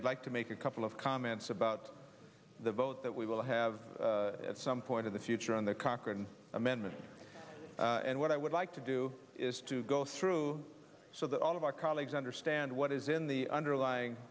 like to make a couple of comments about the vote that we will have some point in the future on the cochran amendment and what i would like to do is to go through so that all of our colleagues understand what is in the underlying